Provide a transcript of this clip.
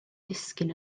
disgyn